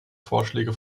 vorschläge